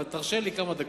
אבל תרשה לי כמה דקות.